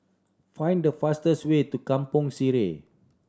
find the fastest way to Kampong Sireh